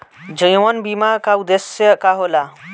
जीवन बीमा का उदेस्य का होला?